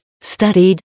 studied